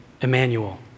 Emmanuel